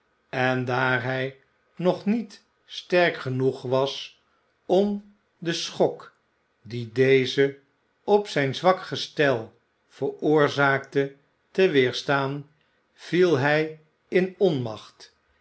en daar hij nog niet sterk genoeg was om den schok dien deze op zijn zwak gestel veroorzaakte te weerstaan viel hij in onmacht